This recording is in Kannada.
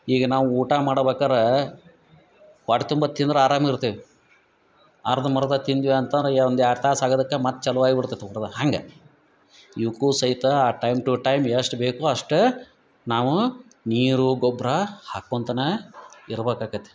ಈಗ ನಾವು ಊಟ ಮಾಡಬೇಕರಾ ಹೊಟ್ಟೆ ತುಂಬ ತಿಂದ್ರ ಆರಾಮು ಇರ್ತೇವಿ ಅರ್ಧಂಬರ್ಧ ತಿಂದ್ವ್ಯಾ ಅಂತಂದ್ರ ಎ ಒಂದು ಎರಡು ತಾಸು ಆಗದಕ್ಕ ಮತ್ತು ಚಲುವಾಗಿ ಬಿಡ್ತೇತಿ ಊಟದಾ ಹಂಗೆ ಇವ್ಕು ಸಹಿತ ಆ ಟೈಮ್ ಟು ಟೈಮ್ ಎಷ್ಟು ಬೇಕೋ ಅಷ್ಟು ನಾವು ನೀರು ಗೊಬ್ಬರ ಹಾಕೋಳ್ತಾನಾ ಇರ್ಬೇಕಕ್ಕೇತಿ